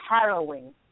harrowing